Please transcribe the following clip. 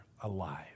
alive